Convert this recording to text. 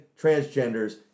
transgenders